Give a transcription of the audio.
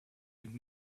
had